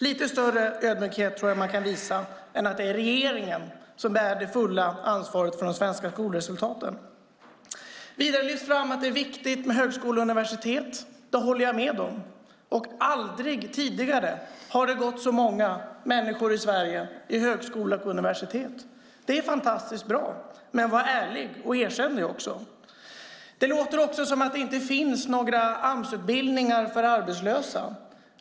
Lite större ödmjukhet tror jag att man kan visa än att säga det är regeringen som bär det fulla ansvaret för de svenska skolresultaten. Vidare lyfts fram att det är viktigt med högskolor och universitet. Det håller jag med om, och aldrig tidigare har så många människor i Sverige gått i högskola och på universitet. Det är fantastiskt bra, men var ärlig och erkänn det också! Det låter också som att det inte finns några Amsutbildningar för arbetslösa.